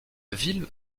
ville